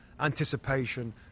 Anticipation